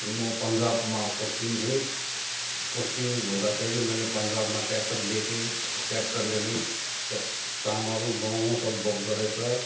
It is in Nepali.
म पन्जाबमा पोस्टिङ थिएँ पोस्टिङ हुँदाखेरि मैले पन्जाबमा ट्याक्टर देखेँ ट्याक्टरले नै चामल गहुँ सब बोक्दोरहेछ